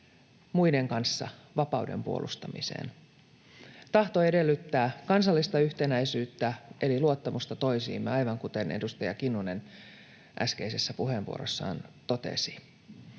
muiden kanssa vapauden puolustamiseen. Tahto edellyttää kansallista yhtenäisyyttä eli luottamusta toisiimme, aivan kuten edustaja Kinnunen äskeisessä puheenvuorossaan totesi.